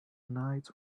night